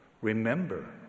Remember